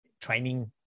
training